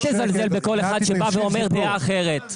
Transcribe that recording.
אל תזלזל בכל אחד שבא ואומר שעה אחרת.